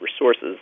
resources